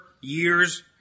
years